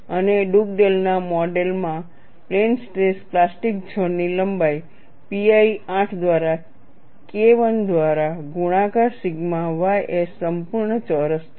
અને ડુગડેલના model Dugdale's modelમાં પ્લેન સ્ટ્રેસ પ્લાસ્ટિક ઝોન ની લંબાઈ pi 8 દ્વારા KI દ્વારા ગુણાકાર સિગ્મા ys સંપૂર્ણ ચોરસ છે